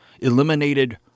eliminated